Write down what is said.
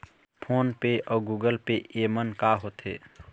Phone पे अउ Google Pay येमन का होते?